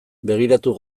begiratu